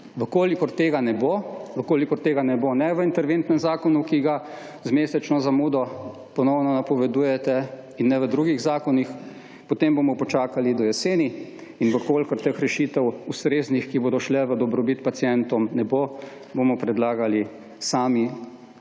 v kolikor tega ne bo ne v interventnem zakonu, ki ga z mesečno zamudo ponovno napovedujete in ne v drugih zakonih, potem bomo počakali do jeseni in v kolikor teh rešitev, ustreznih, ki bodo šle v dobrobit pacientom, ne bo, bomo predlagali sami,